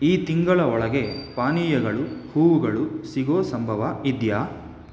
ಈ ತಿಂಗಳ ಒಳಗೆ ಪಾನೀಯಗಳು ಹೂವುಗಳು ಸಿಗುವ ಸಂಭವ ಇದೆಯಾ